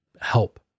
help